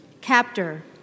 Captor